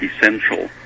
essential